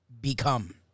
become